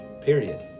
period